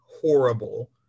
horrible